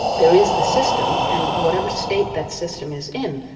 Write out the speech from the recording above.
there is the system and whatever state that system is in,